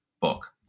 book